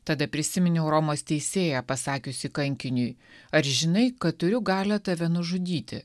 tada prisiminiau romos teisėją pasakiusi kankiniui ar žinai kad turiu galią tave nužudyti